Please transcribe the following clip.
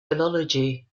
philology